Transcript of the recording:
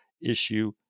issue